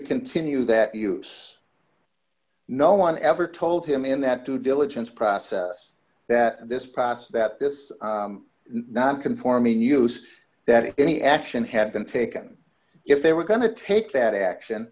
continue that use no one ever told him in that two diligence process that this process that this non conforming use that if any action had been taken if they were going to take that action